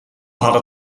hadden